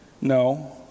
no